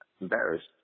embarrassed